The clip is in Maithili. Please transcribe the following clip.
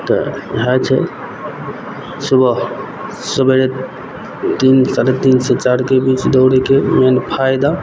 तऽ इएह छै सुबह सबेरे तीन साढ़े तीन सँ चारिके बीच दौड़यके मेन फायदा